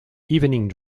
evening